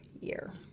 year